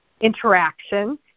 interaction